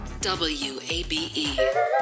WABE